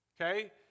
Okay